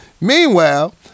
Meanwhile